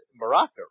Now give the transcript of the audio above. Morocco